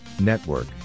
Network